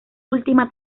última